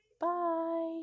bye